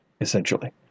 essentially